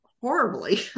horribly